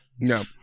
no